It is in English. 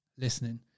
listening